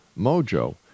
Mojo